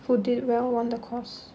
who did well on the course